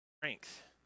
strength